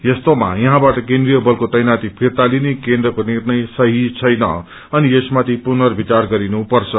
यस्तोमा याहाँबाट केन्द्रिय बलको तैनाती फिर्ता लिने केन्द्रको निग्रय सक्षी छैन अनियसमाथि पुर्नविचार गरिनुपर्छ